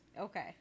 Okay